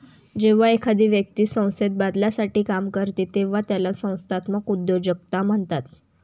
जेव्हा एखादी व्यक्ती संस्थेत बदलासाठी काम करते तेव्हा त्याला संस्थात्मक उद्योजकता म्हणतात